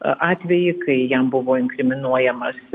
atvejį kai jam buvo inkriminuojamas